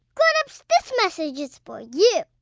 grown-ups, this message is for you